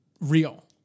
real